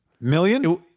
million